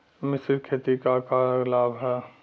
मिश्रित खेती क का लाभ ह?